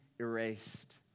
erased